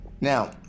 Now